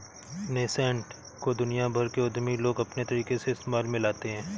nascent को दुनिया भर के उद्यमी लोग अपने तरीके से इस्तेमाल में लाते हैं